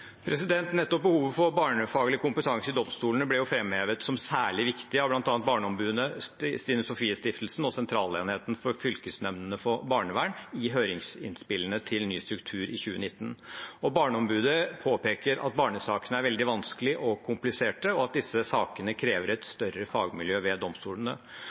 Nettopp behovet for barnefaglig kompetanse i domstolene ble i 2019 framhevet som særlig viktig av bl.a. Barneombudet, Stine Sofies Stiftelse og Sentralenheten for fylkesnemndene for barnevern og sosiale saker, i høringsinnspillene til ny struktur. Barneombudet påpeker at barnesakene er veldig vanskelige og kompliserte, og at disse sakene krever et større fagmiljø ved domstolene.